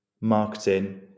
marketing